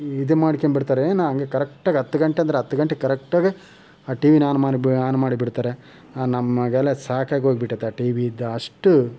ಇದು ಮಾಡ್ಕೊಂಬಿಡ್ತಾರೆ ನಾ ಹಂಗೆ ಕರೆಕ್ಟ್ ಆಗಿ ಹತ್ತು ಗಂಟೆಗೆ ಅಂದ್ರೆ ಹತ್ತು ಗಂಟೆಗೆ ಕರೆಕ್ಟ್ ಆಗಿ ಆ ಟಿವಿನ ಆನ್ ಮಾಡಿಬಿ ಆನ್ ಮಾಡಿ ಬಿಡ್ತಾರೆ ಆ ನಮಗೆಲ್ಲಾ ಸಾಕಾಗಿ ಹೋಗ್ಬಿಟ್ಟತೆ ಆ ಟಿವಿ ಇಂದ ಅಷ್ಟು